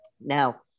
Now